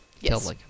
Yes